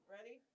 Ready